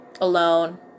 alone